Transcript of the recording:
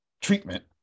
treatment